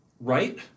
right